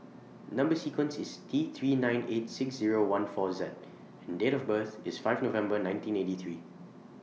Number sequence IS T three nine eight six Zero one four Z and Date of birth IS five November nineteen eighty three